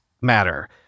matter